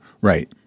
Right